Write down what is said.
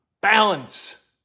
balance